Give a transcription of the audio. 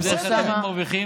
אתה יודע איך העצמאים מרוויחים?